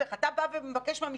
אתם לוקחים את החוק לידיים, כרגיל.